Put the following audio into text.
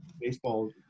baseball